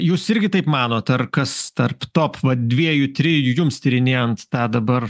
jūs irgi taip manot ar kas tarp top va dviejų trijų jums tyrinėjant tą dabar